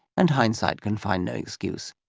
and hindsight can find no excuse.